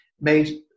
made